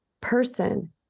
person